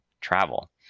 travel